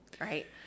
right